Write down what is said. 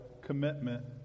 commitment